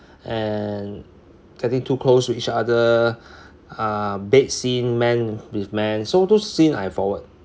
and getting too close to each other uh bed scene man with man so those scene I forward